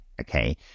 okay